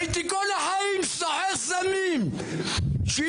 הייתי כל החיים סוחר סמים שילמתי,